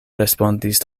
respondis